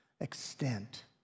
extent